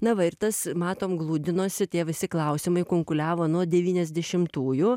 na va ir tas matom gludinosi tie visi klausimai kunkuliavo nuo devyniasdešimtųjų